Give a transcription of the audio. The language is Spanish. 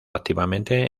activamente